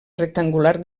rectangular